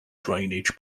drainage